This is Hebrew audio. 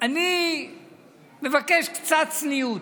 אני מבקש קצת צניעות.